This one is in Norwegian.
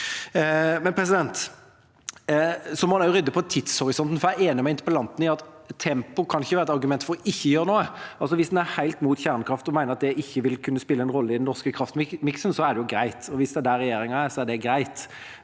kraftmarkedet. Så må vi rydde i tidshorisonten, for jeg er enig med interpellanten i at tempo kan ikke være et argument for ikke å gjøre noe. Hvis en er helt imot kjernekraft og mener at det ikke vil kunne spille en rolle i den norske kraftmiksen, er det jo greit, og hvis det er der regjeringa er, er det greit,